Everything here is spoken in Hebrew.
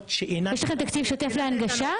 שאינן --- יש לכם תקציב שוטף להנגשה?